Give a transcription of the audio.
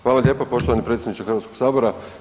Hvala lijepo poštovani predsjedniče Hrvatskog sabora.